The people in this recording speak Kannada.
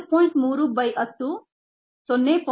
3 by 10 0